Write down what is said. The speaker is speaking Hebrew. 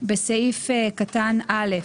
בסעיף קטן (א)